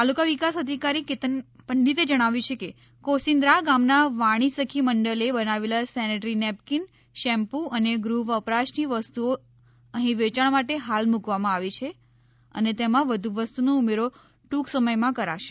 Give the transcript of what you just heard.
તાલુકા વિકાસ અધિકારી કેતન પંડિતે જણાવ્યુ છે કે કોસીન્દ્રા ગામના વાણી સખી મંડલે બનાવેલ સેનેટરી નેપકીન શેમ્પ્ અને ગૃહ વપરાશની વસ્તુઓ અઠી વેચાણ માટે હાલ મૂકવામાં આવી છે અને તેમાં વધુ વસ્તુનો ઉમેરો ટ્રંક સમયમાં કરાશે